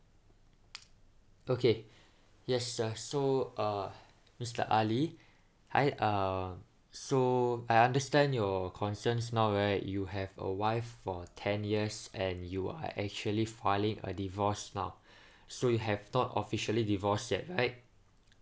okay yes sir so uh mister ali hi uh so I understand your concerns now right you have a wife for ten years and you are actually filing a divorce now so you have not officially divorced yet right